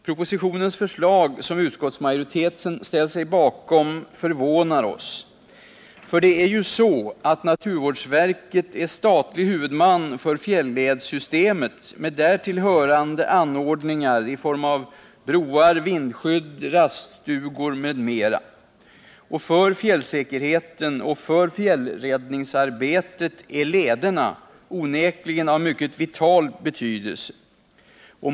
Propositionens förslag, som utskottsmajoriteten ställt sig bakom, förvånar oss, för det är ju så att naturvårdsverket är statlig huvudman för fjälledssystemet med därtill hörande anordningar i form av broar, vindskydd, raststugor m.m. För fjällsäkerheten och för fjällräddningsarbetet är lederna onekligen av mycket vital betydelse.